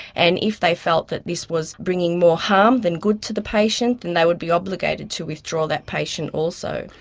and if they felt that this was bringing more harm than good to the patient then and they would be obligated to withdraw that patient also.